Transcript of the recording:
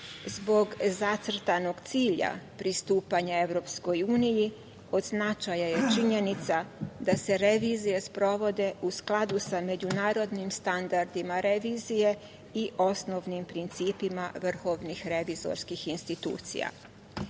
Zbog zacrtanog cilja pristupanja EU od značaja je činjenica da se revizije sprovode u skladu sa međunarodnim standardima revizije i osnovnim principima vrhovnih revizorskih institucija. Kao